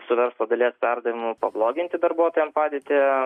su verslo daliesperdavimu pabloginti darbuotojam padėtį